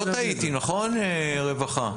לא טעיתי, נכון, רווחה?